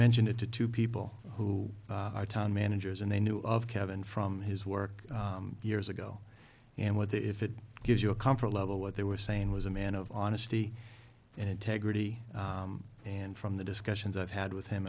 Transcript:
mentioned it to two people who managers and they knew of kevin from his work years ago and what if it gives you a comfort level what they were saying was a man of honesty and integrity and from the discussions i've had with him